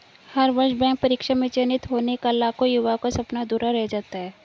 हर वर्ष बैंक परीक्षा में चयनित होने का लाखों युवाओं का सपना अधूरा रह जाता है